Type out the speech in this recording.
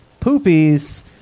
Poopies